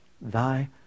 thy